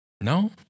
No